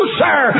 sir